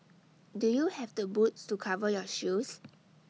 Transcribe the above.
do you have the boots to cover your shoes